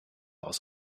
aus